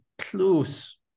close